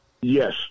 Yes